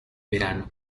verano